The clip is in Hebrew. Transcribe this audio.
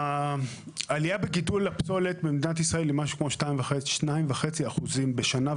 העלייה בגידול הפסולת במדינת ישראל היא משהו כמו 2.5 אחוזים בשנה,